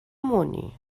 money